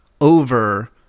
over